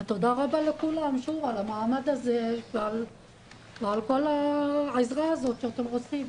תודה רבה לכולם שוב על המעמד הזה ועל כל העזרה הזאת שאתם עושים.